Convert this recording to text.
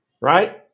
right